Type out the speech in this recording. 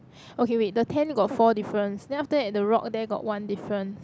okay wait the tent got four differences then after that the rock there got one difference